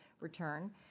return